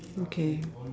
okay